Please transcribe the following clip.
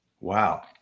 wow